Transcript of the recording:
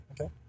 Okay